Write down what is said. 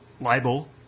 libel